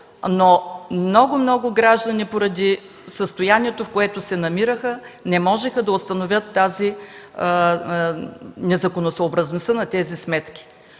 но много, много граждани поради състоянието, в което се намираха, не можеха да установят незаконосъобразността на тези сметки.